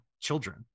children